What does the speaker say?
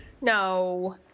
no